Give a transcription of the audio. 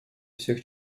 всех